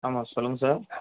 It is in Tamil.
ஆமாம் சொல்லுங்கள் சார்